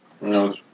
no